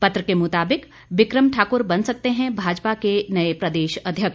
पत्र के मुताबिक बिक्रम ठाक्र बन सकते हैं भाजपा के नए प्रदेश अध्यक्ष